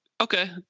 okay